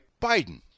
Biden